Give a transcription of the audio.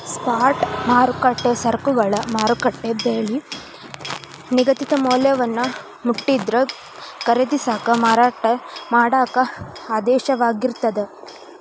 spot ಮಾರುಕಟ್ಟೆ ಸರಕುಗಳ ಮಾರುಕಟ್ಟೆ ಬೆಲಿ ನಿಗದಿತ ಮೌಲ್ಯವನ್ನ ಮುಟ್ಟಿದ್ರ ಖರೇದಿಸಾಕ ಮಾರಾಟ ಮಾಡಾಕ ಆದೇಶವಾಗಿರ್ತದ